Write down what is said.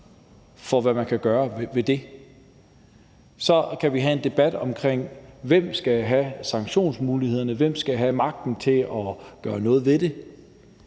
for, hvad man kan gøre ved det. Så kan vi have en debat omkring, hvem der skal have sanktionsmulighederne, og hvem der skal have magten til at gøre noget ved det,